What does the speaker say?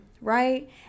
right